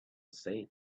said